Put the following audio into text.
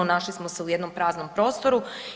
Našli smo se u jednom praznom prostoru.